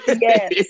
Yes